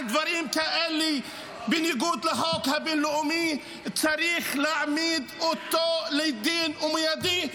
על דברים כאלה בניגוד לחוק הבין-לאומי צריך להעמיד אותו לדין מיידי,